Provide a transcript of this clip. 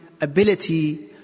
ability